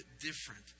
different